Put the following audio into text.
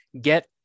get